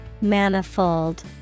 Manifold